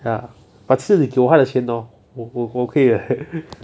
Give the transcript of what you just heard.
ya but 其实给我他的钱 hor 我可以的